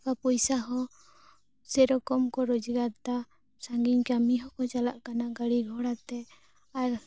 ᱠᱟ ᱯᱚᱭᱥᱟ ᱦᱚ ᱥᱮᱨᱚᱠᱚᱢ ᱠᱚ ᱨᱚᱡᱜᱟᱨᱮᱫᱟ ᱥᱟᱺᱜᱤᱧ ᱠᱟᱢᱤ ᱦᱳᱸᱠᱳ ᱪᱟᱞᱟᱠᱟᱱᱟ ᱜᱟ ᱲᱤ ᱜᱷᱳᱲᱟ ᱛᱮ ᱟᱨ